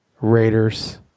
Raiders